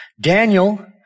Daniel